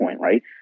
right